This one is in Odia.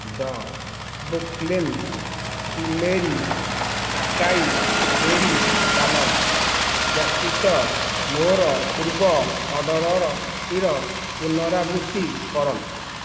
ଦ' Brooklyn creamery acai berry banana ବ୍ୟତୀତ ମୋ'ର ପୂର୍ବ ଅର୍ଡ଼ର୍ଟିର ପୁନରାବୃତ୍ତି କରନ୍ତୁ